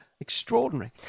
Extraordinary